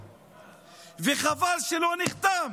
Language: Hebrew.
וחבל שלא נחתם,